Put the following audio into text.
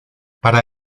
para